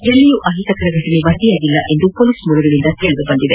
ಎಲ್ಲಿಯೂ ಅಹಿತಕರ ಘಟನೆ ವರದಿಯಾಗಿಲ್ಲ ಎಂದು ಪೊಲೀಸ್ ಮೂಲಗಳಿಂದ ತಿಳಿದುಬಂದಿದೆ